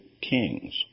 kings